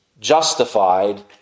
justified